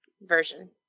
version